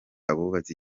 abubatse